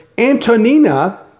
antonina